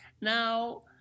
Now